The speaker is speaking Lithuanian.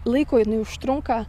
laiko jinai užtrunka